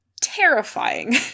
terrifying